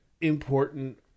important